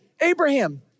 Abraham